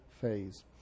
phase